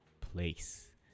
place